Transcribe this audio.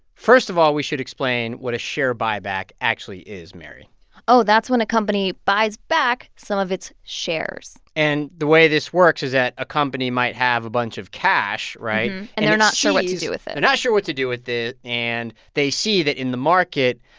first of all, we should explain what a share buyback actually is, mary oh, that's when a company buys back some of its shares and the way this works is that a company might have a bunch of cash, right? and they're not sure what to do with it they're not sure what to do with it. and they see that, in the market,